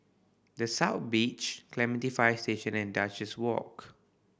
The South Beach Clementi Fire Station and Duchess Walk